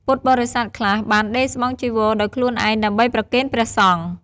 ពុទ្ធបរិស័ទខ្លះបានដេរស្បង់ចីវរដោយខ្លួនឯងដើម្បីប្រគេនព្រះសង្ឃ។